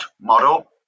model